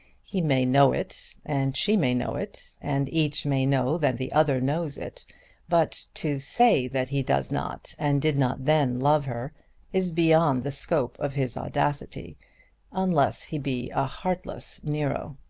he may know it, and she may know it and each may know that the other knows it but to say that he does not and did not then love her is beyond the scope of his audacity unless he be a heartless nero.